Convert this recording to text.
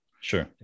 Sure